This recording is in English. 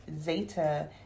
Zeta